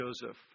Joseph